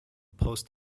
post